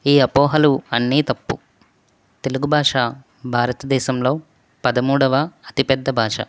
ఈ అపోహలు అన్నీ తప్పు తెలుగు భాష భారత దేశంలో పదమూడవ అతి పెద్ద భాష